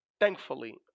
thankfully